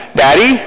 daddy